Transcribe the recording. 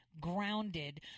grounded